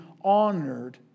honored